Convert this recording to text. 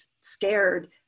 scared